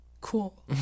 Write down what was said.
cool